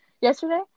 Yesterday